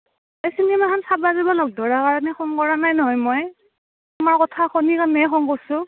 চিনেমাখান চাবা যাব লগ ধৰা কাৰণে খং কৰা নাই নহয় মই তোমাৰ কথা শুনি কাৰণেহে খং কৰছোঁ